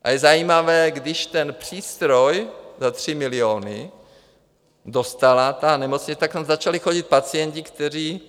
A je zajímavé, když ten přístroj za tři miliony dostala ta nemocnice, tak tam začali chodit pacienti, kteří...